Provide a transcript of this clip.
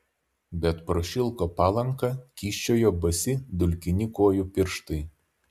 bet pro šilko palanką kyščiojo basi dulkini kojų pirštai